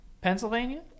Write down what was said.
Pennsylvania